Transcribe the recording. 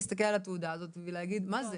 להסתכל על התעודה הזאת ולהגיד: מה זה?